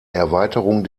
erweiterung